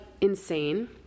insane